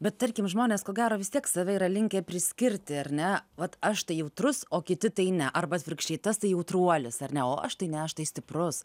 bet tarkim žmonės ko gero vis tiek save yra linkę priskirti ar ne vat aš tai jautrus o kiti tai ne arba atvirkščiai tas tai jautruolis ar ne o aš tai ne aš tai stiprus